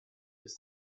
with